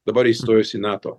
dabar įstojus į nato